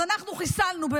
אז אנחנו חיסלנו,